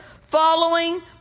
following